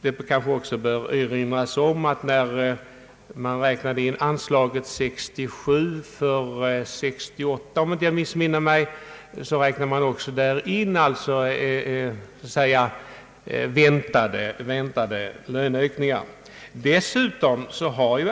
Det kanske också bör erinras om att när man räknade ut anslaget för år 1968 så inkluderade man — om jag inte missminner mig — också väntade löneökningar.